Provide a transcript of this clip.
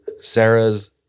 Sarah's